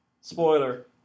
Spoiler